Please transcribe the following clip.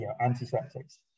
antiseptics